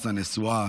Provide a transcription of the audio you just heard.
מס הנסועה,